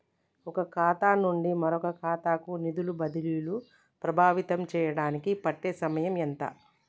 ఒక ఖాతా నుండి మరొక ఖాతా కు నిధులు బదిలీలు ప్రభావితం చేయటానికి పట్టే సమయం ఎంత?